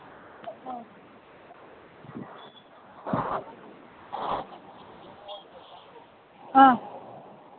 ꯑ